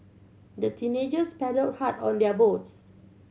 the teenagers paddled hard on their boat